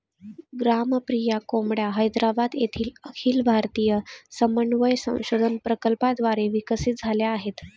ग्रामप्रिया कोंबड्या हैदराबाद येथील अखिल भारतीय समन्वय संशोधन प्रकल्पाद्वारे विकसित झाल्या आहेत